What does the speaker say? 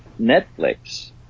Netflix